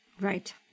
Right